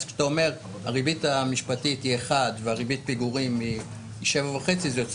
והריבית המשפטית היא 1% וריבית הפיגורים היא 7.5% זה יוצא